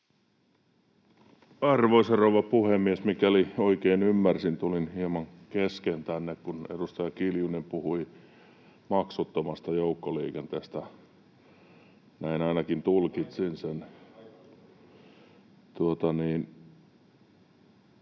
Arvoisa rouva puhemies! Mikäli oikein ymmärsin, tulin hieman kesken tänne, kun edustaja Kiljunen puhui maksuttomasta joukkoliikenteestä. Näin ainakin tulkitsin sen. [Kimmo